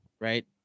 Right